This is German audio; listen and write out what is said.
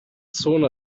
zone